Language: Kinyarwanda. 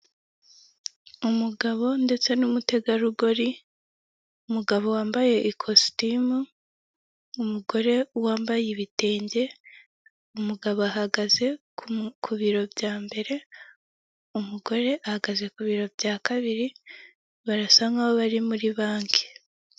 Ndabona imodoka eshatu ebyiri zigerwamo kuburyo bwa rusange muririzo za rusange imwe yanditseho imyaka maganabiri na mirongo itatu n'umunani y'uburambe indi modoka ni iy'ubwikorezi ifite ibara ry'umweru irimo umuntu yitwayezo zigendwa muburyo bwa rusange zicayemo abagenzi ndabona umunyamaguru ndagenda mu kayira k'abanyamaguru ndabona ibiti ndabona amapoto y'amashanyarazi ndabona insinga z'amashanyarazi n'amatara ku y'ishyamba.